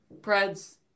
Preds